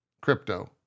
crypto